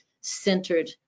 centered